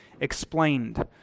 explained